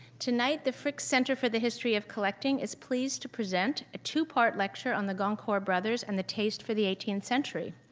tonight the frick center for the history of collecting is pleased to present a two-part lecture on the goncourt brothers and the taste for the eighteenth century,